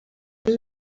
bibi